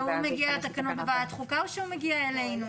והוא מגיע לתקנות בוועדת חוקה או שהוא מגיע אלינו?